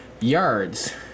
yards